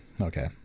Okay